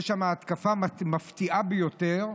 יש שם התקפה מפתיעה ביותר,